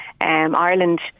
Ireland